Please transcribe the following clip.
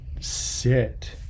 sit